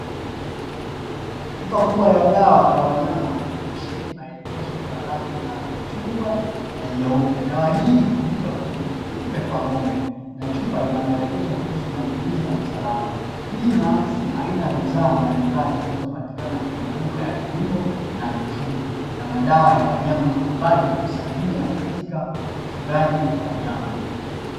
Chupa kubwa ya dawa ya wanyama iliyosheheni maelekezo ya rangi ya chungwa na nyeupe, dawa hii hutumika kudhibiti kupe kwa ng'ombe na chupa ina maelekezo kuhusu matumizi na usalama, hii inahakisi haina ya bidhaa mbalimbali zinazopatikana kwenye maduka ya kilimo na mifugo na madawa ya wanyama ambayo husaidia katika ufugaji wa wanyama.